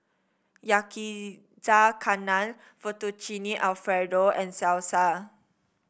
Yakizakana Fettuccine Alfredo and Salsa